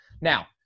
Now